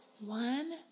One